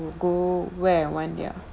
to go where I want ya